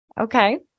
Okay